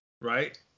Right